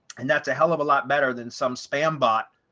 and that's a hell of a lot better than some spam bot.